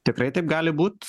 tikrai taip gali būt